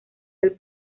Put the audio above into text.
del